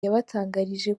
yabatangarije